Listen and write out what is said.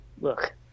look